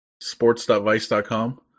Sports.vice.com